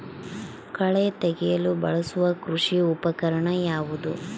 ಕಳೆ ತೆಗೆಯಲು ಬಳಸುವ ಕೃಷಿ ಉಪಕರಣ ಯಾವುದು?